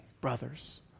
brothers